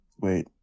Wait